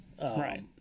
right